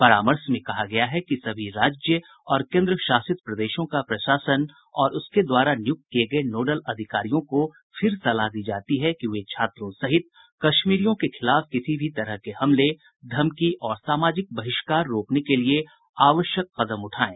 परामर्श में कहा गया है कि सभी राज्य और केंद्रशासित प्रदेशों का प्रशासन और उसके द्वारा नियुक्त किए गए नोडल अधिकारियों को फिर सलाह दी जाती है कि वे छात्रों सहित कश्मीरियों के खिलाफ किसी तरह के हमले धमकी और सामाजिक बहिष्कार रोकने के लिए आवश्यक कदम उठाएं